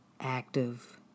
active